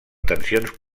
tensions